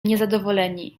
niezadowoleni